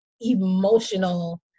emotional